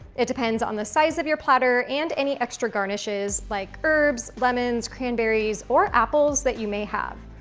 it depends on the size of your platter and any extra garnishes, like herbs lemons, cranberries, or apples that you may have.